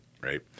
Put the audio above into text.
right